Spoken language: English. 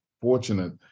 fortunate